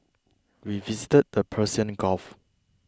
we visited the Persian Gulf